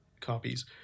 copies